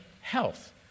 health